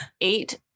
eight